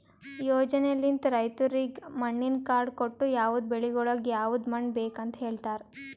ಯೋಜನೆಲಿಂತ್ ರೈತುರಿಗ್ ಮಣ್ಣಿನ ಕಾರ್ಡ್ ಕೊಟ್ಟು ಯವದ್ ಬೆಳಿಗೊಳಿಗ್ ಯವದ್ ಮಣ್ಣ ಬೇಕ್ ಅಂತ್ ಹೇಳತಾರ್